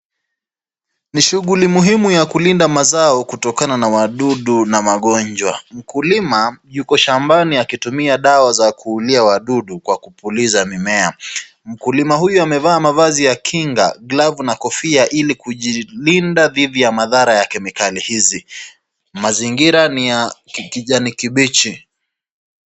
Ni shughuli muhimu ya kulinda mazao kutokana na wadudu na magonjwa. Mkulima yuko shambani akitumia dawa za kuulia wadudu kwa kupuliza mimea. Mkulima huyu amevaa mavazi ya kinga glavu na kinga ya kujilinda dhidi ya madhara ya kemikali hizi mazingira ni ya kijani kibichi.